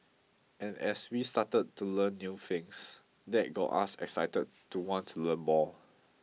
and as we started to learn new things that got us excited to want to learn more